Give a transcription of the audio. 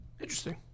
Interesting